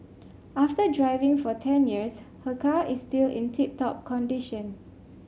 after driving for ten years her car is still in tip top condition